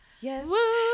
yes